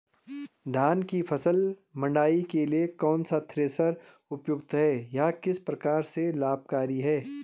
धान की फसल मड़ाई के लिए कौन सा थ्रेशर उपयुक्त है यह किस प्रकार से लाभकारी है?